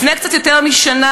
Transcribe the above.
לפני קצת יותר משנה,